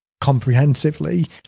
comprehensively